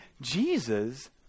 Jesus